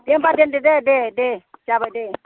दे होमबा दोनदो दे दे दे जाबाय दे